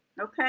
Okay